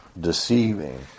deceiving